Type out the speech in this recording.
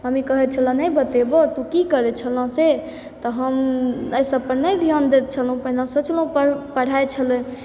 mummy कहै छल नहि बतेबौ तू की करै छलह से तऽ हम अय सबपर नहि ध्यान दैत छलहुँ पहिने सोचलहुँ पढ़ाई छलै